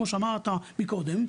כמו שאמרת מקודם,